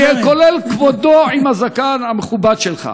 זה כולל את כבודו, עם הזקן המכובד שלך.